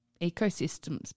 ecosystems